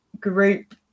group